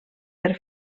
per